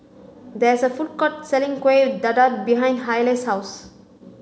there is a food court selling Kueh Dadar behind Hayley's house